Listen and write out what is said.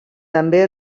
també